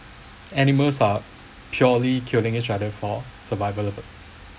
animals are purely killing each other for survival